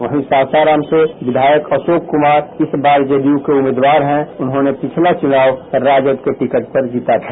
वहीं सासाराम से विधायक अशोक कुमार इस बार जद यू के उम्मीदवार हैं उन्होंने पिछला चुनाव राजद के टिकट पर जीता था